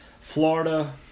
Florida